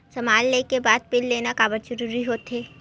समान ले के बाद बिल लेना काबर जरूरी होथे?